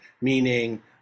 meaning